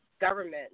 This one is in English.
government